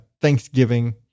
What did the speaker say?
Thanksgiving